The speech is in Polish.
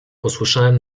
posłyszałem